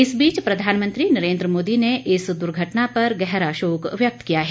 इस बीच प्रधानमंत्री नरेन्द्र मोदी ने भी इस द्वर्घटना पर गहरा शोक व्यक्त किया है